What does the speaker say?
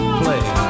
play